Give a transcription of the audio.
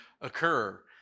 occur